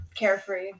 carefree